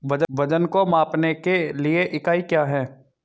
वजन को मापने के लिए इकाई क्या है?